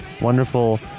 wonderful